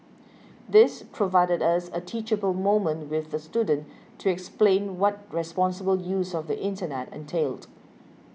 this provided us a teachable moment with the student to explain what responsible use of the Internet entailed